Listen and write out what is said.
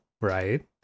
Right